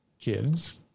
kids